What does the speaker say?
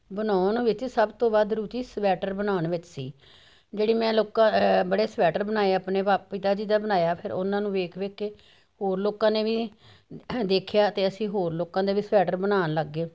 ਬਣੌਨ ਵਿੱਚ ਸਭ ਤੋਂ ਵੱਧ ਰੁਚੀ ਸਵੈਟਰ ਬਣਾਣ ਵਿੱਚ ਸੀ ਜਿਹੜੀ ਮੈਂ ਲੋਕਾਂ ਬੜੇ ਸਵੈਟਰ ਬਣਾਏ ਆਪਣੇ ਭਾ ਪਿਤਾ ਜੀ ਦਾ ਬਣਾਇਆ ਫਿਰ ਉਨ੍ਹਾਂ ਨੂੰ ਵੇਖ ਵੇਖ ਕੇ ਹੋਰ ਲੋਕਾਂ ਨੇ ਵੀ ਦੇਖਿਆ ਤੇ ਅਸੀਂ ਹੋਰ ਲੋਕਾਂ ਦੇ ਵੀ ਸਵੈਟਰ ਬਣਾਨ ਲੱਗ ਗੇ